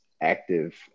active